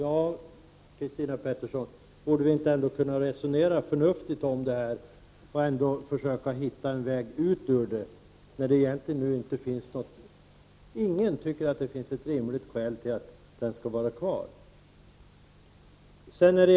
Christina Pettersson, borde vi inte kunna resonera förnuftigt om detta och försöka hitta en väg ut ur problemet? Det finns ingen som anser att etableringskontrollen skall vara kvar.